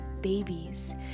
babies